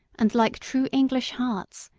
and like true english hearts,